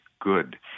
good